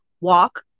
walk